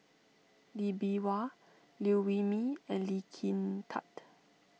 Lee Bee Wah Liew Wee Mee and Lee Kin Tat